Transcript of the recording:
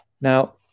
Now